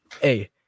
Hey